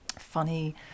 funny